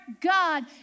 God